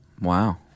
Wow